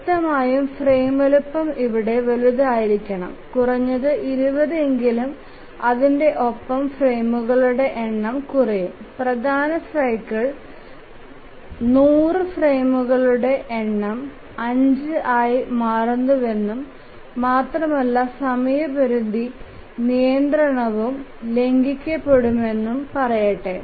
വ്യക്തമായും ഫ്രെയിം വലുപ്പം ഇവിടെ വലുതായിരിക്കണം കുറഞ്ഞത് 20 എങ്കിലും അതിന്ടെ ഒപ്പം ഫ്രെയിമുകളുടെ എണ്ണം കുറയും പ്രധാന സൈക്കിൾ 100 ഫ്രെയിമുകളുടെ എണ്ണം 5 ആയി മാറുന്നുവെന്നും മാത്രമല്ല സമയപരിധി നിയന്ത്രണവും ലംഘിക്കപ്പെടുമെന്നു പറയട്ടെ